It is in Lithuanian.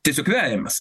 tiesiog vejamės